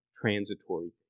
transitory